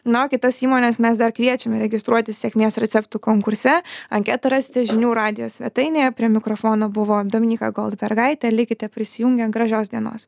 na o kitas įmones mes dar kviečiame registruotis sėkmės receptų konkurse anketą rasite žinių radijo svetainėje prie mikrofono buvo dominyka goldbergaitė likite prisijungę gražios dienos